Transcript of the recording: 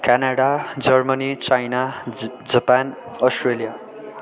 Canada Germany China ज् Japan Australia